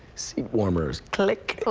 seat warmers, click,